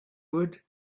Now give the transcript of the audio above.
wood